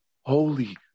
holy